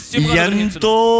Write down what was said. yanto